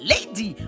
Lady